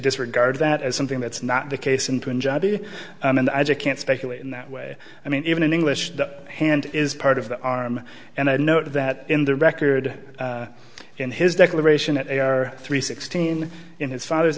disregard that as something that's not the case in punjab and i can't speculate in that way i mean even in english the hand is part of the arm and i know that in the record in his declaration that they are three sixteen in his father's